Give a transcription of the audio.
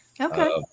okay